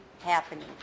happening